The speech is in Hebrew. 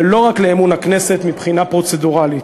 ולא רק לאמון הכנסת מבחינה פרוצדורלית.